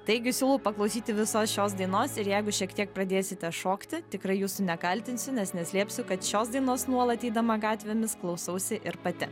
taigi siūlau paklausyti visos šios dainos ir jeigu šiek tiek pradėsite šokti tikrai jūsų nekaltinsiu nes neslėpsiu kad šios dienos nuolat eidama gatvėmis klausausi ir pati